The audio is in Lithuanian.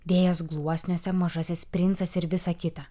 vėjas gluosniuose mažasis princas ir visa kita